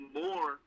more